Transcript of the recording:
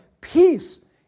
peace